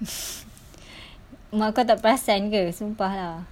mak kau tak perasan ke sumpah lah